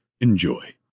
Enjoy